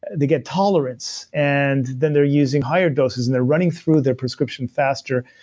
they get tolerance, and then they're using higher doses and they're running through their prescription faster.